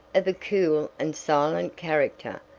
of a cool and silent character,